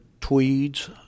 tweeds